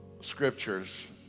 scriptures